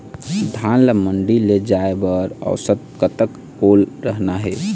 धान ला मंडी ले जाय बर औसत कतक ओल रहना हे?